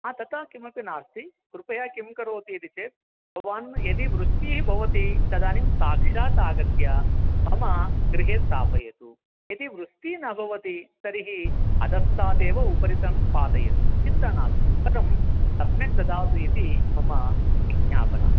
तथा किमपि नास्ति कृपया किं करोति इति चेत् भवान् यदि वृष्टिः भवति तदानीं साक्षात् आगत्य मम गृहे स्थापयतु यदि वृष्टि न भवति तर्हि अधस्तात् एव उपरितं पातयतु चिन्ता नास्ति परं सम्यक् ददातु इति मम विज्ञापना